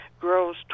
grows